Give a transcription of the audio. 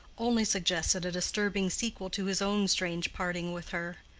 only suggested a disturbing sequel to his own strange parting with her.